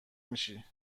میشی